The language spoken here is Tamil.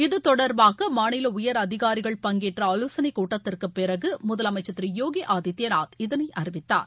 இது தொடர்பாக அம்மாநில உயர் அதிகாரிகள் பங்கேற்ற ஆலோசனை கூட்டத்திற்கு பிறகு முதலமைச்சர் திரு யோகி ஆதியநாத் இதனை அறிவித்தார்